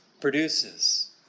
produces